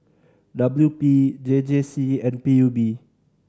W P J J C and P U B